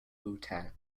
bhutan